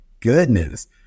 goodness